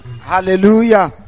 Hallelujah